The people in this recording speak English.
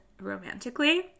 romantically